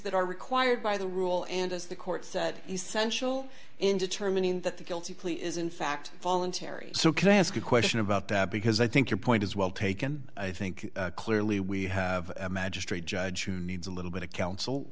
that are required by the rule and as the court said essential in determining that the guilty plea is in fact voluntary so can i ask a question about that because i think your point is well taken i think clearly we have a magistrate judge who needs a little bit of counsel